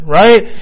right